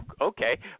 Okay